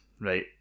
Right